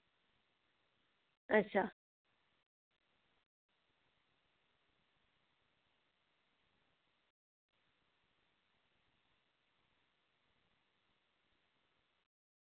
अच्छा